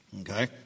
Okay